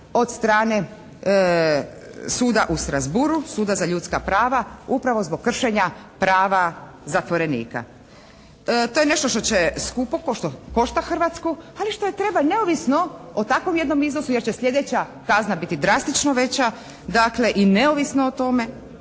od strane suda u Strasbourghu, suda za ljudska prava upravo zbog kršenja prava zatvorenika. To je nešto što skupa košta Hrvatsku, ali što je treba i neovisno o takvom jednom iznosu jer će sljedeća kazna biti drastično veća, dakle, i neovisno o tome